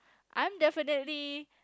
I'm definitely